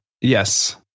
yes